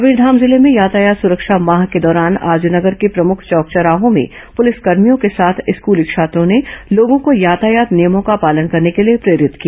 कबीरधाम जिले में यातायात सुरक्षा माह के दौरान आज नगर के प्रमुख चौक चौराहों में पुलिसकर्भियों के साथ स्कूली छात्रों ने लोगों को यातायात नियमों का पालन करने के लिए प्रेरित किया